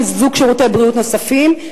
חיזוק שירותי בריאות נוספים,